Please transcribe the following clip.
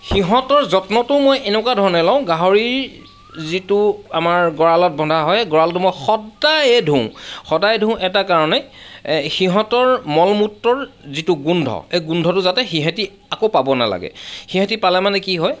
সিহঁতৰ যত্নটো মই এনেকুৱা ধৰণে লওঁ গাহৰি যিটো আমাৰ গৰালত বন্ধা হয় গৰালটো মই সদায়েই ধুওঁ সদায় ধুওঁ এটা কাৰণেই সিহঁতৰ মল মূত্ৰৰ যিটো গোন্ধ সেই গোন্ধটো যাতে সিহঁতে আকৌ পাব নালাগে সিহঁতে পালে মানে কি হয়